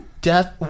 death